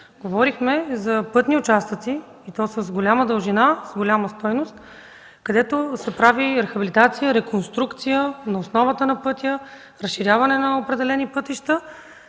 говорихме за пътни участъци и то с голяма дължина, голяма стойност, където се прави рехабилитация, реконструкция на основата на пътя, разширяване на определени пътища